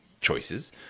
choices